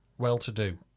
Well-to-do